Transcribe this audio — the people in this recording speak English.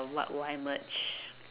what will I merge